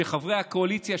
שחברי הקואליציה,